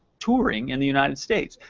touring in the united states,